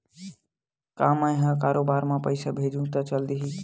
का मै ह कोखरो म पईसा भेजहु त चल देही?